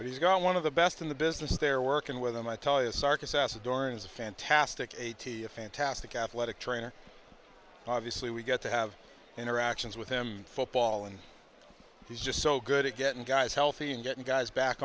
but he's got one of the best in the business there working with him i tell you sarkis ass adorns a fantastic eighty a fantastic athletic trainer obviously we get to have interactions with him football and he's just so good at getting guys healthy and getting guys back